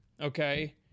okay